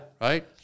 Right